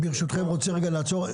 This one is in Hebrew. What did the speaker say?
ברשותכם אני רוצה, רגע, לעצור.